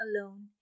alone